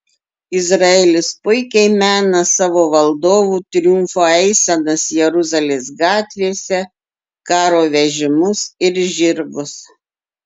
izraelis puikiai mena savo valdovų triumfo eisenas jeruzalės gatvėse karo vežimus ir žirgus